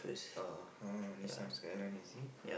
uh-huh Nissan Skyline is it